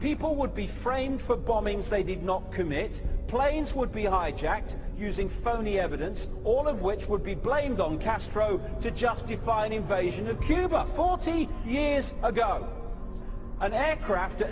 people would be framed for bombings they did not commit planes would be hijacked using phony evidence all of which would be blamed on castro to justify an invasion of cuba forty years ago an aircraft